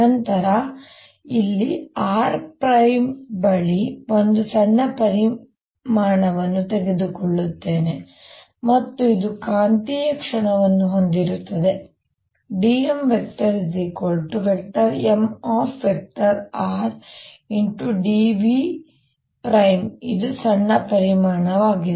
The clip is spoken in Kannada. ನಂತರ ನಾನು ಇಲ್ಲಿ r ಬಳಿ ಒಂದು ಸಣ್ಣ ಪರಿಮಾಣವನ್ನು ತೆಗೆದುಕೊಳ್ಳುತ್ತೇನೆ ಮತ್ತು ಇದು ಕಾಂತೀಯ ಕ್ಷಣವನ್ನು ಹೊಂದಿರುತ್ತದೆ dmMrdV ಇದು ಸಣ್ಣ ಪರಿಮಾಣವಾಗಿದೆ